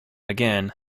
again